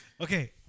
Okay